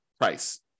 price